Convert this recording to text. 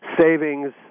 savings